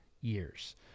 years